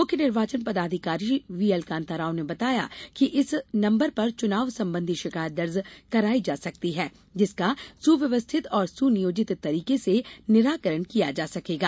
मुख्य निर्वाचन पदाधिकारी वीएल कान्ता राव ने बताया कि इस नंबर पर चुनाव संबंधी शिकायत दर्ज करायी जा सकती है जिसका सुव्यवस्थित और सुनियोजित तरीके से निराकरण किया जा सकेगा